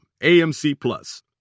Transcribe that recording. amcplus